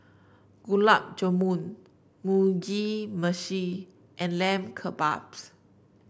Gulab Jamun Mugi Meshi and Lamb Kebabs